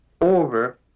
over